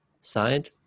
side